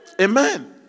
Amen